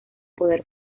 poder